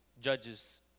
Judges